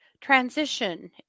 transition